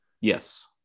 Yes